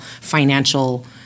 financial